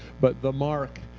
but the mark